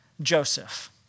Joseph